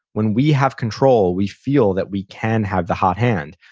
when we have control, we feel that we can have the hot hand.